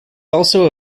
also